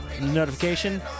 Notification